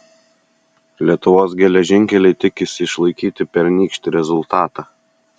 lietuvos geležinkeliai tikisi išlaikyti pernykštį rezultatą